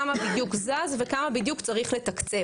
כמה בדיוק זז וכמה בדיוק צריך לתקצב.